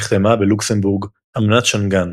נחתמה בלוקסמבורג אמנת שנגן,